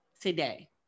today